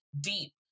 deep